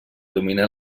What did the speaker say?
domina